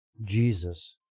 Jesus